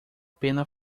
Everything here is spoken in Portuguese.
pena